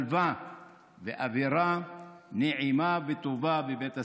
שלווה ואווירה נעימה וטובה בבית הספר.